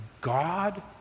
God